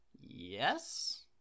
Yes